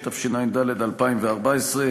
התשע"ד 2014,